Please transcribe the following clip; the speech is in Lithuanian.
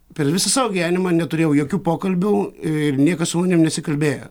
per visą savo gyvenimą neturėjau jokių pokalbių ir niekas su manim nesikalbėjo